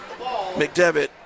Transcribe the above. McDevitt